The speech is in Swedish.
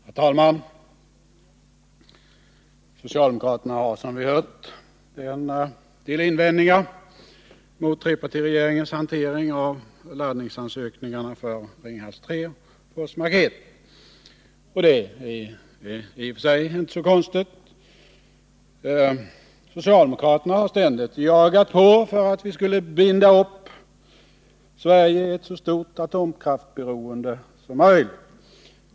Herr talman! Socialdemokraterna har, som vi hört, en del invändningar mot trepartiregeringens hantering av laddningsansökningarna för Ringhals 3 och Forsmark 1. Det är i och för sig inte så konstigt. Socialdemokraterna har ständigt jagat på för att Sverige skulle bindas upp i ett så stort atomkraftsberoende som möjligt.